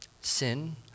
sin